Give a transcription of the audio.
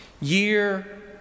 year